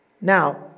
Now